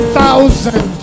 thousand